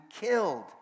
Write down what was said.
killed